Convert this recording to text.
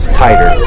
tighter